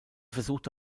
versuchte